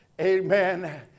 Amen